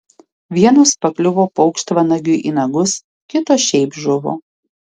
vienos pakliuvo paukštvanagiui į nagus kitos šiaip žuvo